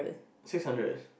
six hundred